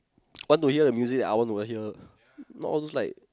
want to hear the music that I want to hear not all those like